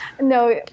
no